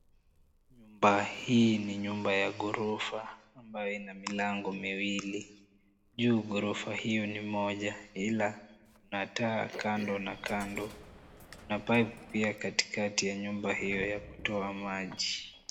Nyumba hii ni nyumba ya ghorofa ambayo ina milango miwili. Juu ghorofa hiyo ni moja ila na taa kando na kando na pipe pia katikati ya nyumba hiyo ya kutoa maji.